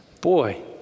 Boy